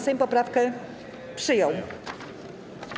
Sejm poprawkę przyjął.